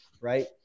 right